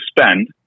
spend